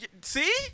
see